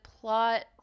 plot